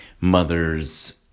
mother's